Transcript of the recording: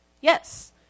Yes